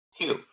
Two